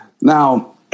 Now